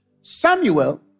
Samuel